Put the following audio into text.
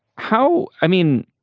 how i mean